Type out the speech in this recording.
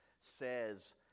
says